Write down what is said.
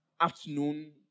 afternoon